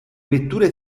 vetture